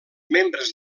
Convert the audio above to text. membres